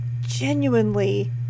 genuinely